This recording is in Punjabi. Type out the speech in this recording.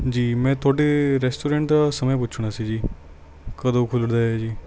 ਜੀ ਮੈਂ ਤੁਹਾਡੇ ਰੈਸਟੋਰੈਂਟ ਦਾ ਸਮਾਂ ਪੁੱਛਣਾ ਸੀ ਜੀ ਕਦੋਂ ਖੁੱਲ੍ਹਦਾ ਹੈ ਜੀ